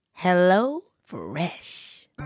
HelloFresh